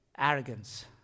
Arrogance